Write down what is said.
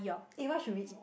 eh what should we eat